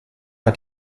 hat